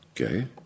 Okay